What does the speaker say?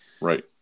Right